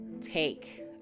take